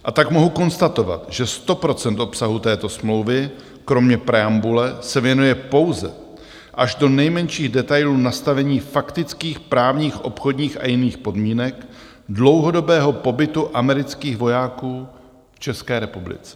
A tak mohu konstatovat, že sto procent obsahu této smlouvy kromě preambule se věnuje pouze až do nejmenších detailů nastavení faktických, právních, obchodních a jiných podmínek dlouhodobého pobytu amerických vojáků v České republice.